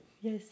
Yes